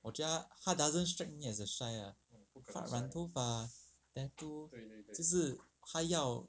我觉得他 doesn't strike me as a shy ah 染头发 tattoo 就是他要